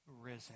risen